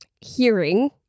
hearing